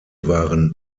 waren